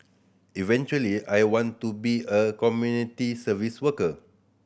eventually I want to be a community service worker